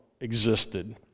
existed